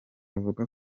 avuga